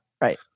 Right